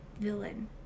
villain